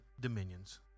dominions